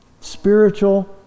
spiritual